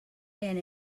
and